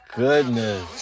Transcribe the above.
goodness